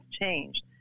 changed